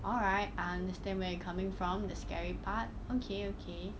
alright I understand where you're coming from the scary part okay okay